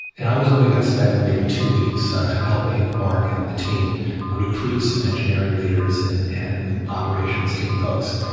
and i was only going to spend maybe two weeks helping mark and the team recruit some engineering leaders and and operations team folks.